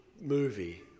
movie